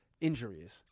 injuries